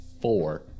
Four